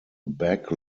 back